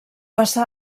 passà